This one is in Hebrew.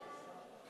תודה.